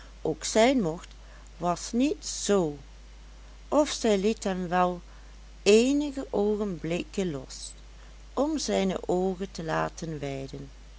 ook zijn mocht was niet z of zij liet hem wel éénige oogenblikken los om zijne oogen te laten weiden